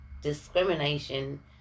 discrimination